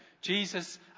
Jesus